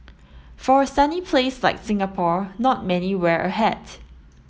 for a sunny place like Singapore not many wear a hat